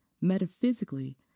Metaphysically